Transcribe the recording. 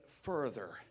further